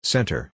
Center